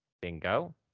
bingo